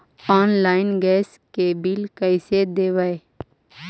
Online gas के bill कैसे देबै?